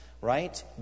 Right